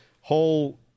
whole